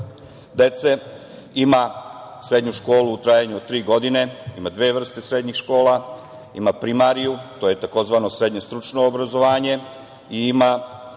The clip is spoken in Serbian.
dece, ima srednju školu u trajanju od tri godine, ima dve vrste srednjih škola, ima primariju, tzv. srednje stručno obrazovanje i ima